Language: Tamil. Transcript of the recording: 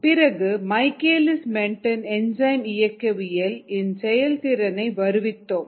பிறகு மைக்கேலிஸ் மென்டென் என்சைம் இயக்கவியல் இன் செயல்திறனை வருவித்தோம்